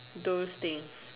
those things